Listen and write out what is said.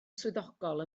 swyddogol